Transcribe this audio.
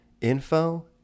info